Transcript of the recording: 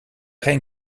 geen